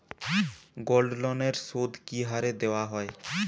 গোল্ডলোনের সুদ কি হারে দেওয়া হয়?